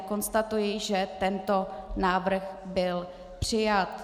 Konstatuji, že tento návrh byl přijat.